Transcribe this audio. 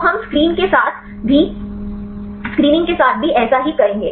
तो हम स्क्रीनिंग के साथ भी ऐसा ही करेंगे